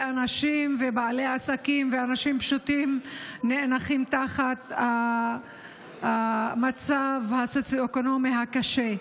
ואנשים ובעלי עסקים ואנשים פשוטים נאנקים תחת המצב הסוציו-אקונומי הקשה.